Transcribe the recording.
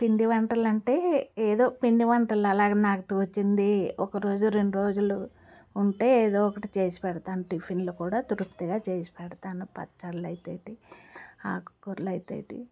పిండి వంటలు అంటే ఏదో పిండి వంటలు అలాగ నాకు తోచింది ఒకరోజు రెండు రోజులు ఉంటే ఏదో ఒకటి చేసిపెడతాను టిఫిన్లో కూడా తృప్తిగా చేసిపెడతాను పచ్చళ్ళు అయితేటి ఆకుకూరలు అయితేటి